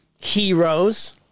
heroes